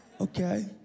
Okay